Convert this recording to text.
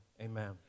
amen